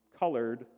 Colored